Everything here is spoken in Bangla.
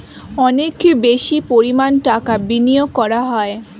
অনেক বেশি পরিমাণ টাকা বিনিয়োগ করা হয়